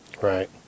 Right